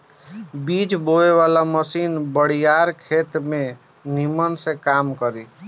बीज बोवे वाला मशीन बड़ियार खेत में निमन से काम करी